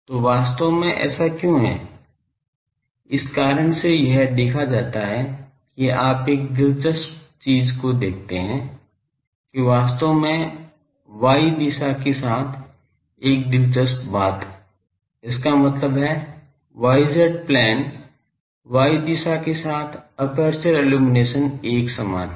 तो वास्तव में ऐसा क्यों है इस कारण से यह देखा जाता है कि आप एक दिलचस्प चीज देखते हैं कि वास्तव में y दिशा के साथ एक दिलचस्प बात इसका मतलब है y z प्लेन y दिशा के साथ एपर्चर इल्लुमिनेशन एक समान हैं